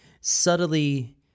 subtly